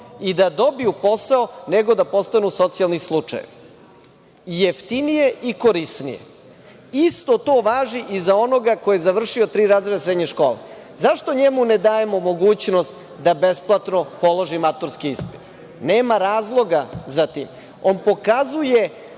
i da dobiju posao nego da postanu socijalni slučajevi. Jeftinije i korisnije. Isto to važi i za onoga ko je završio tri razreda srednje škole. Zašto njemu ne dajemo mogućnost da besplatno položi maturski ispit. Nema razloga za tim. On pokazuje